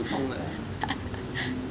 补通的啦